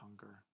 hunger